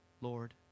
Lord